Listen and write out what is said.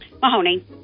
Mahoney